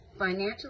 financially